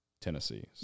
Tennessee